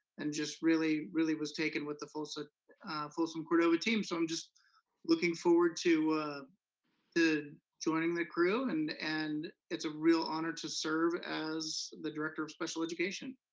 and just really really was taken with the folsom folsom cordova team, so i'm just looking forward to joining the crew, and and it's a real honor to serve as the director of special education.